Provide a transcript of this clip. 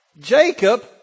Jacob